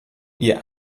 ihr